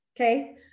okay